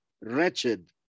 wretched